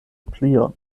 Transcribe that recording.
plion